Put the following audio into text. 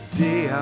day